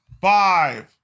five